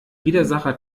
widersacher